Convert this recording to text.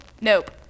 nope